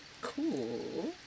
Cool